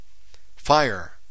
fire